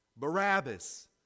Barabbas